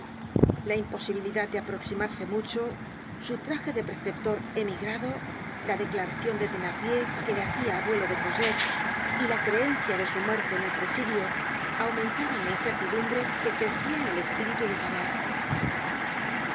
la imposibilidad de aproximarse mucho su traje de preceptor emigrado la declaracion de thenardier que le hacia abuelo de cosette y la creencia de su muerte en el presidio aumentaban la incertidumbre que crecia en el espíritu de